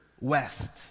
west